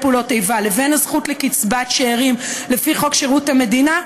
פעולות איבה לבין הזכות לקצבת שאירים לפי חוק שירות המדינה,